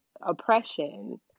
oppression